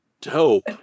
Dope